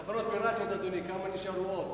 אדוני, תחנות דלק פיראטיות, כמה נשארו עוד?